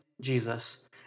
Jesus